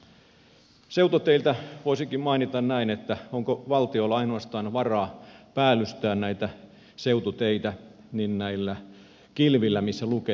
seututeiden osalta voisinkin mainita näin että onko valtiolla varaa päällystää näitä seututeitä ainoastaan näillä kilvillä missä lukee että päällystevaurioita